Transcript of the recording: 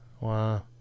Wow